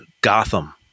Gotham